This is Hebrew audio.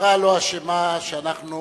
המשטרה לא אשמה שאנחנו